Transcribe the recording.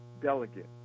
Delegate